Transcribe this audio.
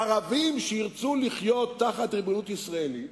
הערבים שירצו לחיות בריבונות ישראלית,